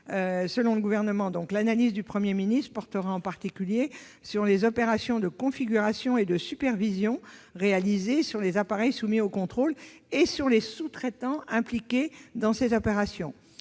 Selon le Gouvernement, l'analyse du Premier ministre portera en particulier sur les opérations de configuration et de supervision réalisées sur les appareils soumis au contrôle et sur les sous-traitants impliqués dans ces opérations.